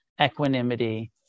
equanimity